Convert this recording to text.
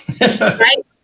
Right